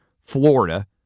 Florida